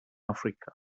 africa